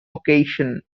occasion